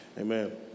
Amen